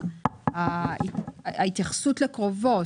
ההתייחסות לקרובו.